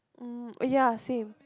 mm ya same